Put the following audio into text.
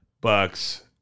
Bucks